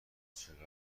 چقدر